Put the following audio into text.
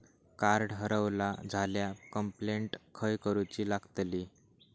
Card हरवला झाल्या complaint खय करूची लागतली?